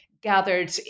gathered